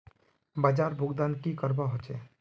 बाजार भुगतान की करवा होचे?